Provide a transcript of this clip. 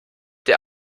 der